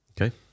Okay